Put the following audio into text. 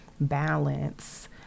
balance